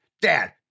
dad